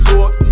Lord